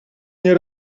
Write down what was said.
nie